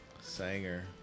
Sanger